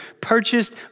purchased